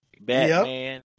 Batman